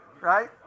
right